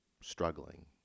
struggling